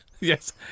Yes